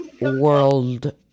world